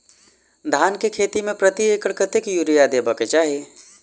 धान केँ खेती मे प्रति एकड़ कतेक यूरिया देब केँ चाहि?